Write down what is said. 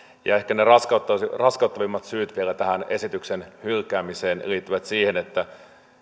ja ehkä ne raskauttavimmat syyt vielä tähän esityksen hylkäämiseen liittyvät siihen että